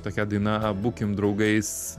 tokia daina būkim draugais